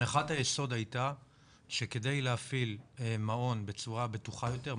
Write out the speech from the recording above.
הנחת היסוד הייתה שכדי להפעיל מעון בצורה בטוחה יותר,